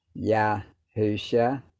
Yahusha